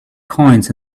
coins